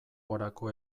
gorako